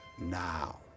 now